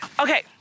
Okay